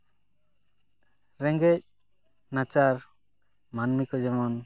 ᱨᱮᱸᱜᱮᱡ ᱱᱟᱪᱟᱨ ᱢᱟᱹᱱᱢᱤ ᱠᱚ ᱡᱮᱢᱚᱱ